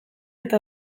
eta